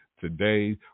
Today